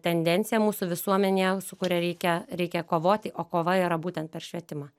tendencija mūsų visuomenėje su kuria reikia reikia kovoti o kova yra būtent per švietimą